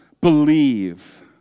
believe